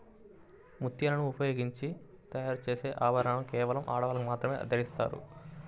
ముత్యాలను ఉపయోగించి తయారు చేసే ఆభరణాలను కేవలం ఆడవాళ్ళు మాత్రమే ధరిస్తారు